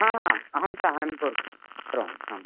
अहं साहायायं कुरु करोमि आम्